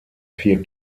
vier